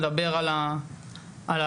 הוא אמר לי 35 מיליון,